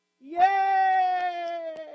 Yay